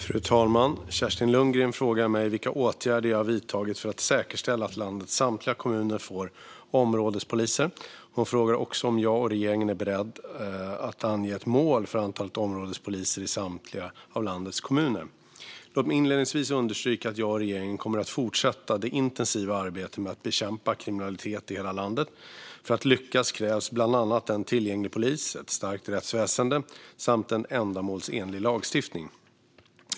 Fru talman! Kerstin Lundgren har frågat mig vilka åtgärder jag vidtagit för att säkerställa att landets samtliga kommuner får områdespoliser. Hon har också frågat om jag och regeringen är beredda att ange ett mål för antalet områdespoliser i samtliga av landets kommuner. Låt mig inledningsvis understryka att jag och regeringen kommer att fortsätta det intensiva arbetet med att bekämpa kriminalitet i hela landet. För att lyckas krävs bland annat en tillgänglig polis, ett starkt rättsväsen samt en ändamålsenlig lagstiftning.